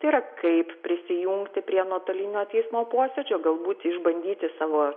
tai yra kaip prisijungti prie nuotolinio teismo posėdžio galbūt išbandyti savo